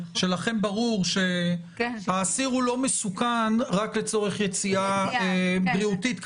שלכם ברור שהאסיר הוא לא מסוכן רק לצורך יציאה בריאותית כמובן.